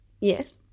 Yes